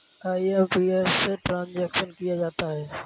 IMPS से transaction किया जाता है